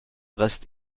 rest